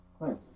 nice